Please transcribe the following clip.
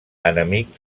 enemic